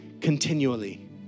continually